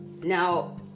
Now